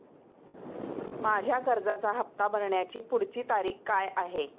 माझ्या कर्जाचा हफ्ता भरण्याची पुढची तारीख काय आहे?